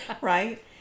right